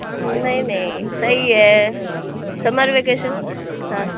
نہیں نہیں صحیح ہے سمر ویکیشن ہاں